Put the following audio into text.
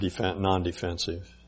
non-defensive